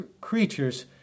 creatures